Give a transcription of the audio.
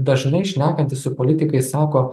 dažnai šnekantis su politikais sako